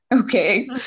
Okay